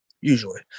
usually